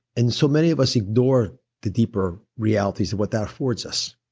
and so many of us ignore the deeper realities of what that affords us.